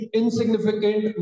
insignificant